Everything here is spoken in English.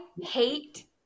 hate